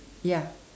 ya